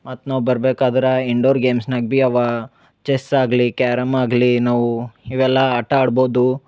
ಮತ್ತು ನಾವು ಬರ್ಬೇಕಾದ್ರೆ ಇಂಡೋರ್ ಗೇಮ್ಸ್ನಾಗ ಭೀ ಅವ ಚೆಸ್ ಆಗಲಿ ಕ್ಯಾರಮ್ ಆಗಲಿ ನಾವು ಇವೆಲ್ಲ ಆಟ ಆಡ್ಬೋದು